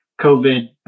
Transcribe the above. COVID